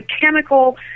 chemical